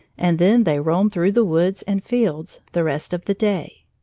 and then they roamed through the woods and fields the rest of the day.